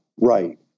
right